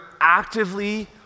actively